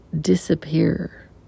disappear